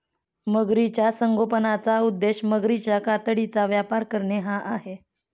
मगरीच्या संगोपनाचा उद्देश मगरीच्या कातडीचा व्यापार करणे हा आहे